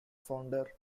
founder